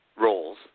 Roles